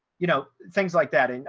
you know, things like that. and